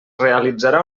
realitzarà